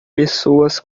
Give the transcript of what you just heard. pessoas